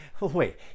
wait